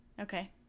Okay